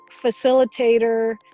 facilitator